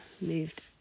moved